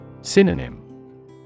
Synonym